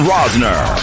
Rosner